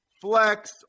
flex